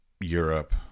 Europe